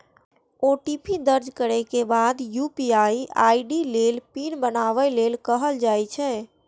OTP दर्ज करै के बाद यू.पी.आई आई.डी लेल पिन बनाबै लेल कहल जाइ छै